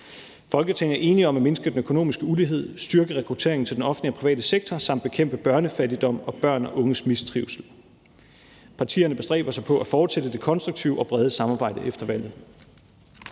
Folketinget er enig om at mindske den økonomiske ulighed, styrke rekrutteringen til den offentlige og private sektor, samt bekæmpe børnefattigdom og børns og unges mistrivsel. Partierne bestræber sig på at fortsætte det konstruktive og brede samarbejde efter valget«.